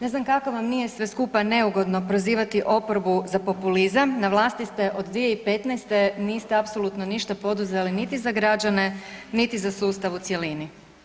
Ne znam kako van nije sve skupa neugodno prozivati oporbu za populizam, na vlasti ste od 2015., niste apsolutno ništa poduzeli niti za građane, niti za sustav u cjelini.